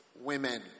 women